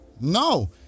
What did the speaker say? no